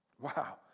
wow